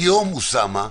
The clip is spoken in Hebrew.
היום, אוסאמה,